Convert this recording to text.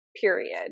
period